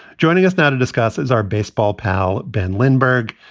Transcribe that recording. joining us now to discuss is our baseball pal, ben lindbergh.